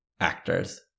actors